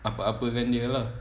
apa-apakan dia lah